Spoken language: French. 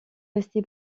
rester